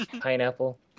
pineapple